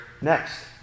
next